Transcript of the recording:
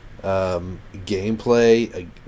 gameplay